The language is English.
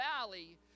valley